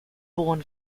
born